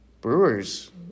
Brewers